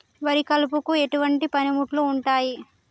వరి కలుపుకు ఎటువంటి పనిముట్లు ఉంటాయి?